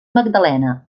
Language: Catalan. magdalena